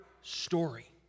story